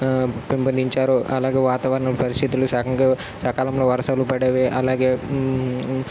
పెంపొందించారు అలాగే వాతావరణం పరిస్థితులు సకంగో సకాలంలో వర్షాలు పడేవి అలాగే